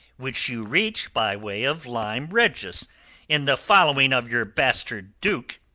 which you reached by way of lyme regis in the following of your bastard duke.